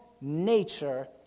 nature